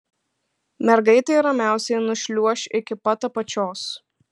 mergaitė ramiausiai nušliuoš iki pat apačios